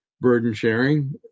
burden-sharing